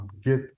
get